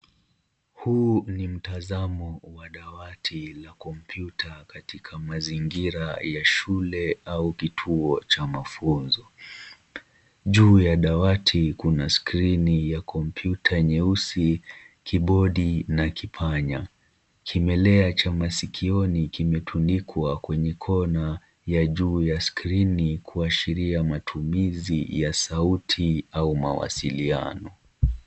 Huu ni mtasamo wa dawati la kompyuta katikati mazingira ya shule au kituo cha mafunzo. Juu ya dawati kuna skrini ya kompyuta nyeusi, kibodi na kipanya. Kimelea cha masikio kimetundikwa kwenye corner ya juu ya skrini kuashiria matumizi ya sauti au mawasiliano.